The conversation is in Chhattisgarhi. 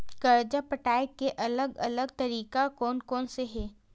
कर्जा पटाये के अलग अलग तरीका कोन कोन से हे?